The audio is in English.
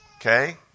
okay